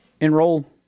enroll